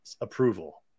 approval